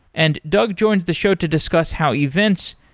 and doug joins the show to discuss how events,